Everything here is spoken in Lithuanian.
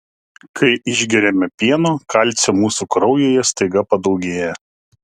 kai išgeriame pieno kalcio mūsų kraujyje staiga padaugėja